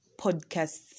podcasts